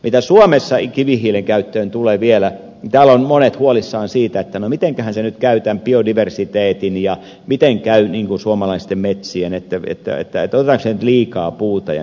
mitä suomessa kivihiilen käyttöön tulee vielä täällä ovat monet huolissaan siitä mitenkähän käy tämän biodiversiteetin ja miten käy suomalaisten metsien otetaanko sieltä nyt liikaa puuta jnp